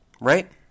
Right